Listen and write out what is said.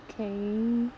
okay